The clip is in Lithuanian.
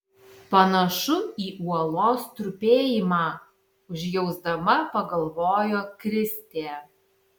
panašu į uolos trupėjimą užjausdama pagalvojo kristė